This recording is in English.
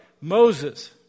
Moses